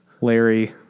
Larry